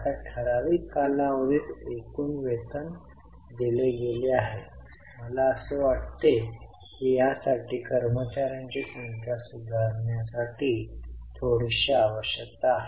आता ठराविक कालावधीत एकूण वेतन दिले गेले आहे मला असे वाटते की यासाठी कर्मचार्यांची संख्या सुधारण्यासाठी थोडीशी आवश्यकता आहे